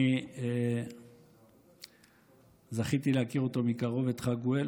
אני זכיתי להכיר אותו מקרוב, את חגואל.